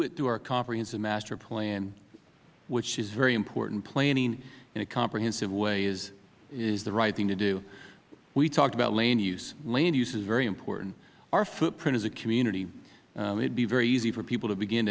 went through our comprehensive master plan which is very important planning in a comprehensive way is the right thing to do we talked about land use land use is very important our footprint as a community it would be very easy for people to begin